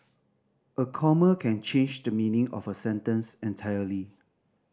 a comma can change the meaning of a sentence entirely